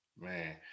Man